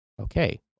Okay